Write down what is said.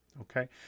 okay